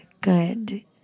good